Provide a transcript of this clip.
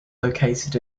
located